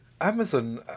Amazon